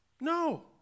No